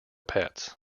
pets